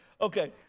Okay